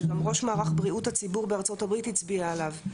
שגם ראש מערך בריאות הציבור בארצות הברית הצביע עליו,